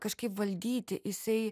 kažkaip valdyti jisai